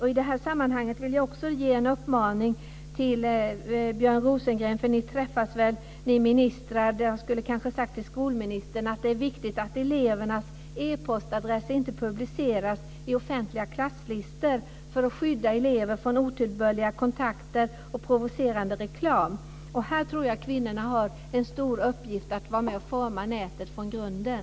I det här sammanhanget vill jag också ge en uppmaning till Björn Rosengren som jag kanske borde ha gett till skolministern, men ni ministrar träffas väl, att det är viktigt att eleverna e-postadress inte publiceras i offentliga klasslistor för att skydda elever från otillbörliga kontakter och provocerande reklam. Här tror jag att kvinnorna har en stor uppgift att vara med och forma nätet från grunden.